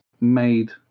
made